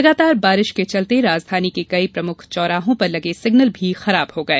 लगातार बारिश के चलते राजघानी के कई प्रमुख चौराहों पर लगे सिग्नल भी खराब हो गए